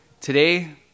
Today